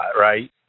right